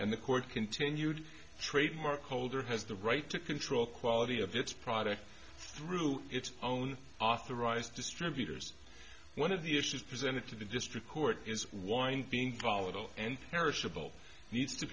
and the court continued trademark holder has the right to control quality of its product through its own authorized distributors one of the issues presented to the district court is wine being volatile and perishable needs to